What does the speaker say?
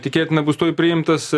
tikėtina bus tuoj priimtas